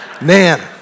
Man